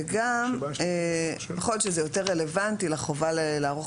וגם נכון שזה יותר רלוונטי לחובה לערוך